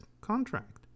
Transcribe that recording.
contract